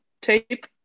tape